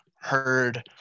heard